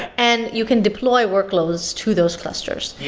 and you can deploy workloads to those clusters, yeah